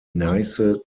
neiße